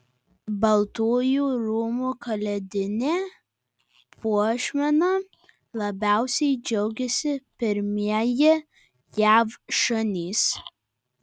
baltųjų rūmų kalėdine puošmena labiausiai džiaugiasi pirmieji jav šunys